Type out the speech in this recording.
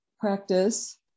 Practice